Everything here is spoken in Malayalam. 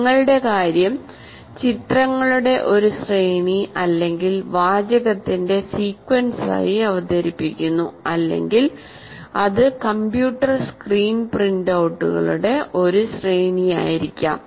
നിങ്ങളുടെ കാര്യം ചിത്രങ്ങളുടെ ഒരു ശ്രേണി അല്ലെങ്കിൽ വാചകത്തിന്റെ സീക്വൻസായി അവതരിപ്പിക്കുന്നു അല്ലെങ്കിൽ അത് കമ്പ്യൂട്ടർ സ്ക്രീൻ പ്രിന്റൌട്ടുകളുടെ ഒരു ശ്രേണിയായിരിക്കാം